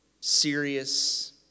serious